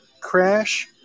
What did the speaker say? Crash